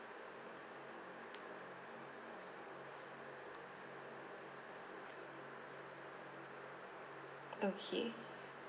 okay